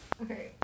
okay